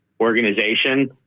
organization